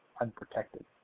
unprotected